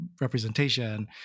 representation